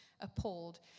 appalled